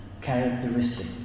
characteristic